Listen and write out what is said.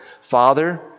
Father